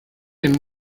and